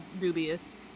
dubious